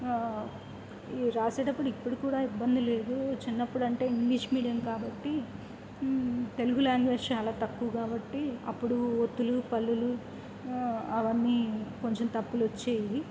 ఈ రాసేటప్పుడు ఇప్పుడు కూడా ఇబ్బంది లేదు చిన్నప్పుడు అంటే ఇంగ్లీష్ మీడియం కాబట్టి తెలుగు లాంగ్వేజ్ చాలా తక్కువ కాబట్టి అప్పుడు ఒత్తులు హల్లులు అవన్నీ కొంచెం తప్పులుొచ్చేయి